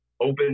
open